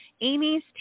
Amy's